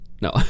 No